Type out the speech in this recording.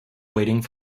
waiting